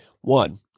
One